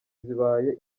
zibaye